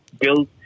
build